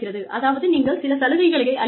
அதாவது நீங்கள் சில சலுகைகளை அளிக்க வேண்டும்